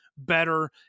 better